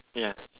ya